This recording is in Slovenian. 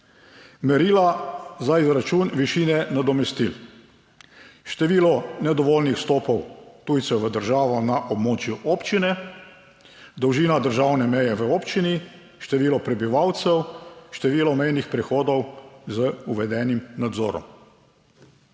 merila za izračun višine nadomestil: število nedovoljenih vstopov tujcev v državo na območju občine, dolžina državne meje v občini, število prebivalcev, število mejnih prehodov z uvedenim nadzorom.